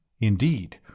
Indeed